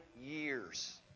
years